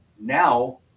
now